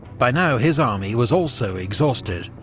by now his army was also exhausted,